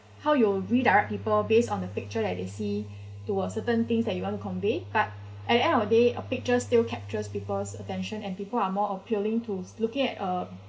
how you redirect people based on the picture that they see to a certain things that you want to convey but at the end of the day a picture still captures people's attention and people are more appealing to looking at uh